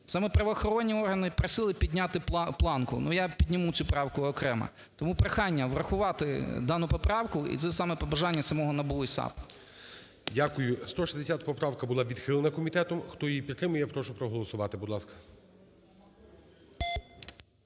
Саме правоохоронні органи просили підняти планку. Ну, я підніму цю правку окремо. Тому прохання врахувати дану поправку, і це саме побажання самого НАБУ і САП. ГОЛОВУЮЧИЙ. Дякую. 160 поправка була відхилена комітетом. Хто її підтримує, я прошу проголосувати, будь ласка.